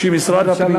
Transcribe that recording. שמשרד הפנים,